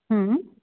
आम्